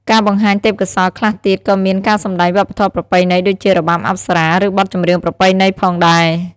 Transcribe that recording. ការបង្ហាញទេពកោសល្យខ្លះទៀតក៏មានការសម្តែងវប្បធម៌ប្រពៃណីដូចជា របាំអប្សរា ឬ បទចម្រៀងប្រពៃណី ផងដែរ។